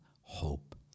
hope